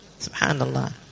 Subhanallah